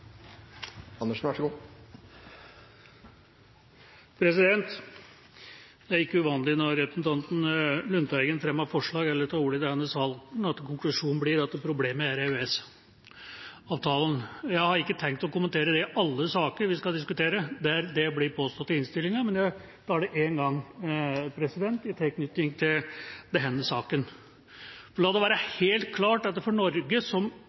Lundteigen fremmer forslag eller tar ordet i denne salen at konklusjonen blir at problemet er EØS-avtalen. Jeg har ikke tenkt å kommentere det i alle saker vi skal diskutere der det blir påstått i innstillinga, men jeg gjør det en gang i tilknytning til denne saken. La det være helt klart: For Norge, som